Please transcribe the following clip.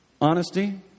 Honesty